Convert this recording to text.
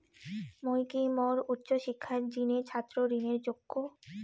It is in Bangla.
মুই কি মোর উচ্চ শিক্ষার জিনে ছাত্র ঋণের যোগ্য?